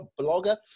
blogger